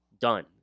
done